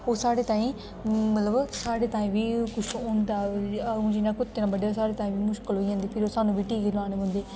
ओह् साडे तांई मतलब साढ़े तांई बी ओह् कुछ होंदा हून जियां कुत्ते ने बड्ढे दा साढ़े तांई बी मुशकिल होई जंदी फिर ओह् सानू बी टीके लाने पौंदे